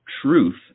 truth